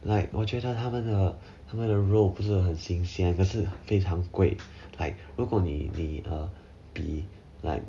like 我觉得他们的他们的肉不是很新鲜可是非常贵 like 如果你你比 like